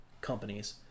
companies